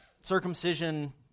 circumcision